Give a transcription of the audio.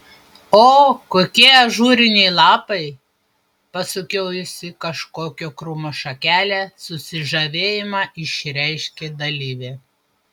o kokie ažūriniai lapai pasukiojusi kažkokio krūmo šakelę susižavėjimą išreiškė dalyvė